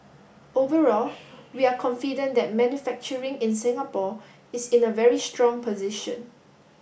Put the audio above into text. overall we are confident that manufacturing in Singapore is in a very strong position